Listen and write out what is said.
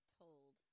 told